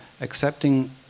accepting